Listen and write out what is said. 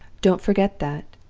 don't forget that,